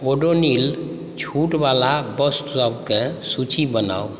ओडोनिल छूट बला वस्तुसभकेँ सूची बनाउ